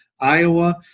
Iowa